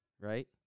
right